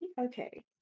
Okay